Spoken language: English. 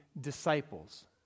disciples